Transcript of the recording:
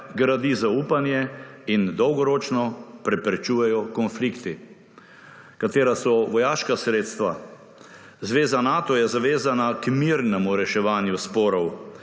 gradi zaupanje in dolgoročno preprečujejo konflikti. Katera so vojaška sredstva? Zveza Nato je zavezana k mirnemu reševanju sporov.